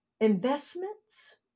investments